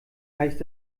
heißt